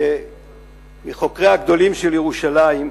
מחוקריה הגדולים של ירושלים,